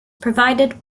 provided